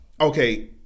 Okay